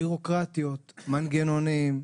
בירוקרטיות, מנגנונים,